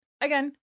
Again